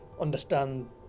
understand